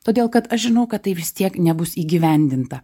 todėl kad aš žinau kad tai vis tiek nebus įgyvendinta